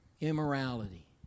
immorality